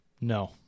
No